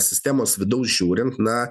sistemos vidaus žiūrint na